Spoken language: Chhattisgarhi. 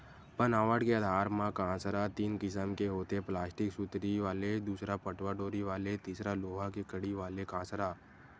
बनावट के आधार म कांसरा तीन किसम के होथे प्लास्टिक सुतरी वाले दूसर पटवा डोरी वाले तिसर लोहा के कड़ी वाले कांसरा